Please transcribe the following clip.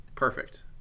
Perfect